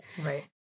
Right